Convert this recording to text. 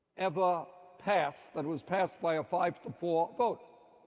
ever passed that was passed by a five four vote.